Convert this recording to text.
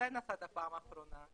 מתי נסעת בפעם האחרונה?